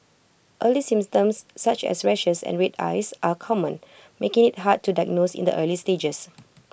early symptoms such as rashes and red eyes are common making IT hard to diagnose in the early stages